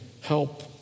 help